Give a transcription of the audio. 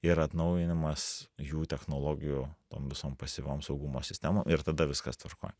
ir atnaujinimas jų technologijų tom visom pasyviom saugumo sistemom ir tada viskas tvarkoj